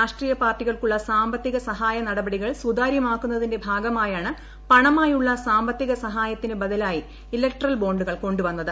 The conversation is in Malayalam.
രാഷ്ട്രീയ പാർട്ടികൾക്കുള്ള സാമ്പത്തിക നടപടികൾ സുതാര്യമാക്കുന്നതിന്റെ സഹായ ഭാഗമായാണ് പണമായുളള സാമ്പത്തിക സഹായത്തിനു ബദലായി ഇലക്ടറൽ ബോുകൾ കൊുവന്നത്